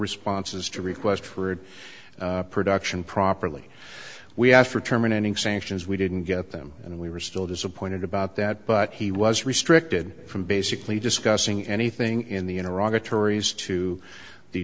responses to request for production properly we asked for terminating sanctions we didn't get them and we were still disappointed about that but he was restricted from basically discussing anything in the